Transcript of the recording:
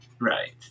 right